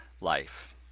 life